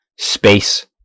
space